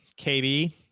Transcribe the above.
KB